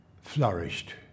flourished